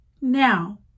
Now